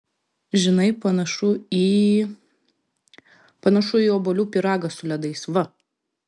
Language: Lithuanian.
žinai panašu į panašu į obuolių pyragą su ledais va